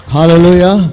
Hallelujah